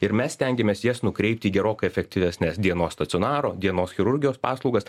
ir mes stengiamės jas nukreipti į gerokai efektyvesnes dienos stacionaro dienos chirurgijos paslaugas